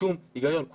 מיהם אותם נציגים, כי